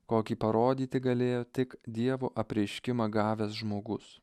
kokį parodyti galėjo tik dievo apreiškimą gavęs žmogus